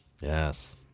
yes